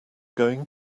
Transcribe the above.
going